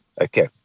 Okay